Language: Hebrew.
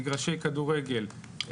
מגרשי כדורגל,